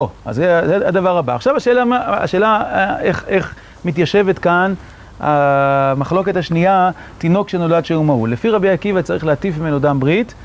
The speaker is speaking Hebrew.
אז זה הדבר הבא, עכשיו השאלה איך מתיישבת כאן המחלוקת השנייה, תינוק שנולד שהוא מהול. לפי רבי עקיבא צריך להטיף ממנו דם ברית.